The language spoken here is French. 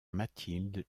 mathilde